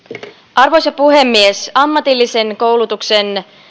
arvoisa puhemies ammatillisen koulutuksen